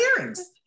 earrings